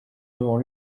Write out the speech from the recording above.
devant